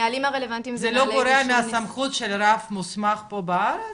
זה לא גורע מהמסכות של רב מוסמך פה בארץ?